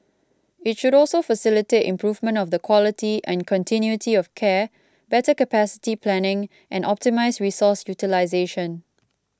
it should also facilitate improvement of the quality and continuity of care better capacity planning and optimise resource utilisation